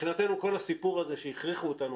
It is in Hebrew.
מבחינתנו כל הסיפור הזה שהכריחו אותנו